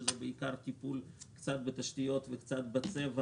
שזה בעיקר טיפול קצת בתשתיות וקצת בצבע